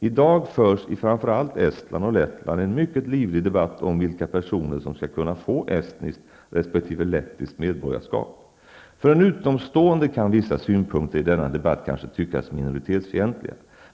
I dag förs i framför allt Estland och Lettland en mycket livlig debatt om vilka personer som skall kunna få estniskt resp. lettiskt medborgarskap. För en utomstående kan vissa synpunkter i denna debatt kanske tyckas minoritetsfientliga.